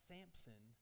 Samson